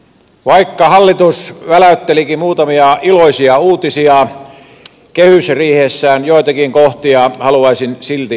vaikka hallitus väläyttelikin muutamia iloisia uutisia kehysriihessään joitakin kohtia haluaisin silti kritisoida